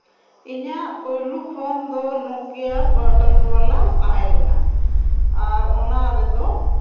ᱤᱧᱟᱹᱜ ᱯᱳᱭᱞᱳ ᱯᱷᱳᱱ ᱫᱚ ᱱᱳᱠᱤᱭᱟ ᱵᱚᱴᱚᱱ ᱵᱟᱞᱟ ᱛᱟᱦᱮᱸᱞᱮᱱᱟ ᱟᱨ ᱚᱱᱟ ᱨᱮᱫᱚ